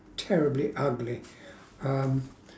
terribly ugly um